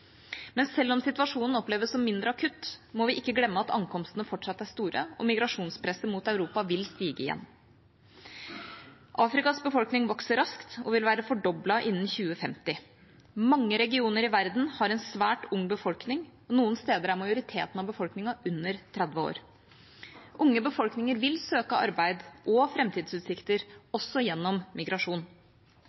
Men selv om situasjonen oppleves som mindre akutt, må vi ikke glemme at ankomstene fortsatt er store, og at migrasjonspresset mot Europa vil stige igjen. Afrikas befolkning vokser raskt og vil være fordoblet innen 2050. Mange regioner i verden har en svært ung befolkning, og noen steder er majoriteten av befolkningen under 30 år. Unge befolkninger vil søke arbeid og framtidsutsikter, også gjennom migrasjon.